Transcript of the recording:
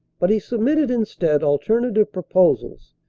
but he submitted instead alternative proposals,